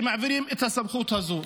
שמעבירים את הסמכות הזו.